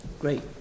Great